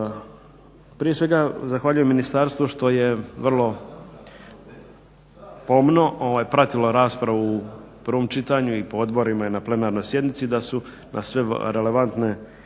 Prije svega zahvaljujem ministarstvu što je vrlo pomno pratilo raspravu u prvom čitanju i po odborima i na plenarnoj sjednici, i da su na sve relevantne